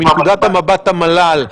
מנקודת המבט של המל"ל,